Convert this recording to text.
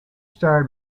start